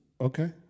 Okay